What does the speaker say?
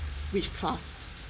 which class